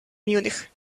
munich